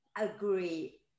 agree